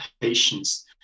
patients